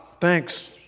thanks